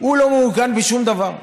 לא מעוגן בשום דבר.